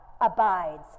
abides